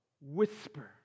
whisper